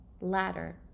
ladder